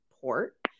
port